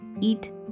eat